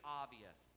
obvious